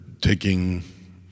taking